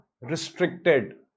restricted